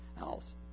else